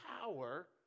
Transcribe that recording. power